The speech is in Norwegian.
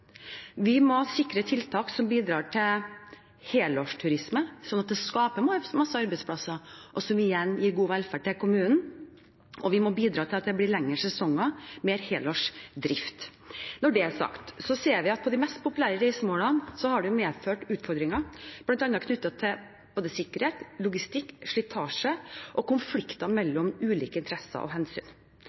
Vi må sikre tiltak som bidrar til helårsturisme, sånn at det skapes mange arbeidsplasser, noe som igjen gir god velferd til kommunen. Vi må bidra til at det blir lengre sesonger og mer helårsdrift. Når det er sagt, ser vi at det har medført utfordringer på de mest populære reisemålene, bl.a. knyttet til sikkerhet, logistikk, slitasje og konflikter mellom ulike interesser og hensyn.